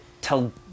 tell